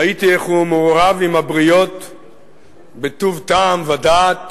ראיתי איך הוא מעורב עם הבריות בטוב טעם ודעת.